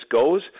goes